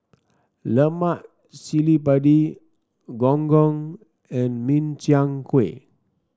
Lemak Cili Padi Gong Gong and Min Chiang Kueh